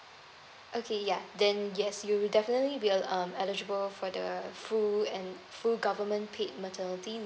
okay yeah then yes you will definitely be um eligible for the full and full government paid maternity